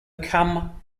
come